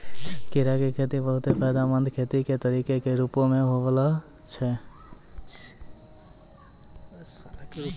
कीड़ा के खेती बहुते फायदामंद खेती के तरिका के रुपो मे उभरलो छै